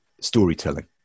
storytelling